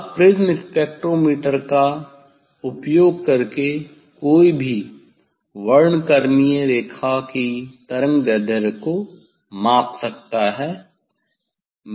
अब prism spectrometer का उपयोग करके कोई भी वर्णक्रमीय रेखा की तरंगदैर्ध्य को माप सकता है